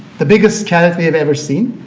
the biggest carrot we have ever seen,